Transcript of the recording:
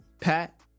Pat